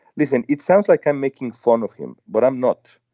listen. it sounds like i'm making fun of him but i'm not.